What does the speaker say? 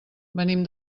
venim